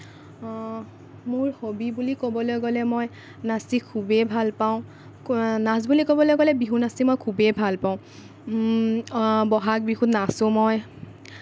মোৰ হবি বুলি ক'বলৈ গ'লে মই নাচি খুবেই ভাল পাওঁ নাচ বুলি ক'বলৈ গ'লে বিহু নাচি মই খুবেই ভাল পাওঁ বহাগ বিহুত নাচোঁ মই